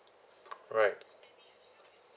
right